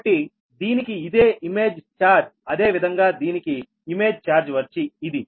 కాబట్టి దీనికి ఇదే ఇమేజ్ ఛార్జ్ అదేవిధంగా దీనికి ఇమేజ్ చార్జ్ వచ్చి ఇది